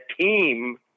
team